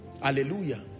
Hallelujah